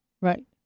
Right